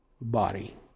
body